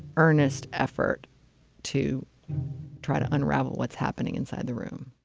earnest effort to try to unravel what's happening inside the room